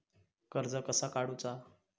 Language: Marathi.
कर्ज कसा काडूचा?